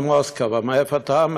ממוסקבה, מאיפה אתה?